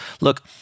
look